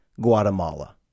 Guatemala